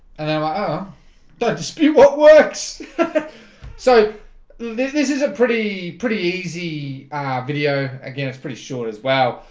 and um i ah don't dispute what works so this this is a pretty pretty easy video again, it's pretty short as well.